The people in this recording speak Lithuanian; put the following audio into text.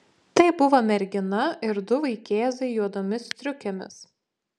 tai buvo mergina ir du vaikėzai juodomis striukėmis